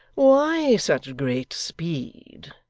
why such great speed?